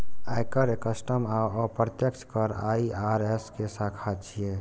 आयकर, कस्टम आ अप्रत्यक्ष कर आई.आर.एस के शाखा छियै